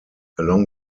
along